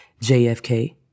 JFK